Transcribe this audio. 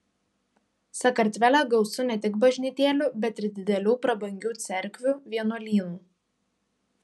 sakartvele gausu ne tik bažnytėlių bet ir didelių prabangių cerkvių vienuolynų